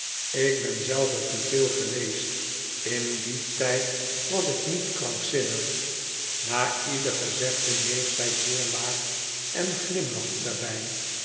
ik ben zelve pupil geweest in dien tijd was ik niet krankzinnig na ieder gezegde neeg zij zeer laag en glimlachte daarbij